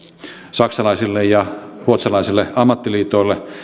saksalaisille ja ruotsalaisille ammattiliitoille